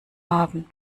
haben